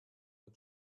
are